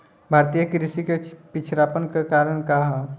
भारतीय कृषि क पिछड़ापन क कारण का ह?